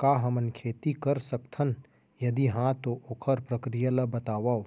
का हमन खेती कर सकथन, यदि कहाँ तो ओखर प्रक्रिया ला बतावव?